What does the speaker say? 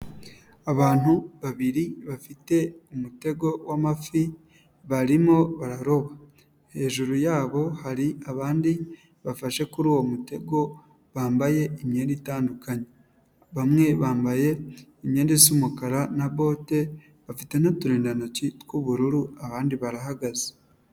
Abantu babiri bafite umutego w'amafi, barimo bararoba. Hejuru yabo hari abandi bafashe kuri uwo mutego, bambaye imyenda itandukanye. Bamwe bambaye imyenda isa umukara na bote, bafite n'uturindantoki tw'ubururu, abandi barahagaze.